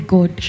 God